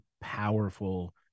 powerful